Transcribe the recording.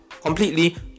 completely